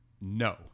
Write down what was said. No